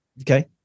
Okay